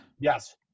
Yes